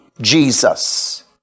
Jesus